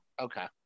Okay